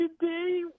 today